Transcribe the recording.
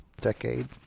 decade